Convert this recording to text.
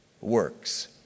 works